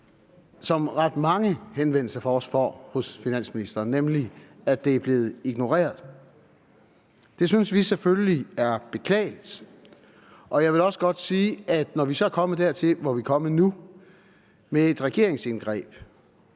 som ret mange henvendelser fra os får hos finansministeren, nemlig at det er blevet ignoreret. Det synes vi selvfølgelig er beklageligt. Jeg vil også godt sige, at når vi er kommet dertil, hvor vi er kommet nu, til et regeringsindgreb,